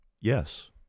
Yes